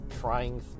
trying